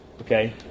okay